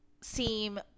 seem